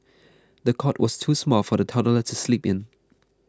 the cot was too small for the toddler to sleep in